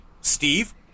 Steve